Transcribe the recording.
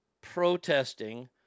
protesting